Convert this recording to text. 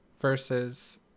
versus